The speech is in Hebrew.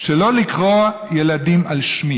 "שלא לקרוא ילדים על שמי